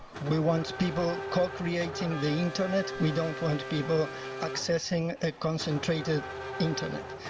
we want people co-creating the internet. we don't want people accessing a concentrated internet.